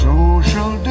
Social